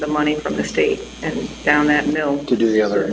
the money from the state and down that mill to do the other